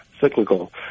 cyclical